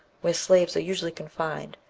where slaves are usually confined,